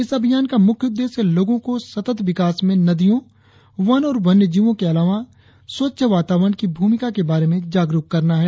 इस अभियान का मुख्य उद्देश्य लोगों को सतत विकास में नदियों वन और वन्यजीवों के अलावा स्वच्छ वातावरण की भूमिका के बारे में जागरुक करना है